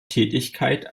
tätigkeit